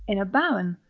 in a barren,